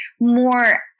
more